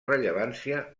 rellevància